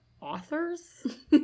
authors